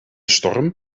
storm